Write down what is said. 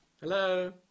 Hello